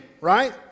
right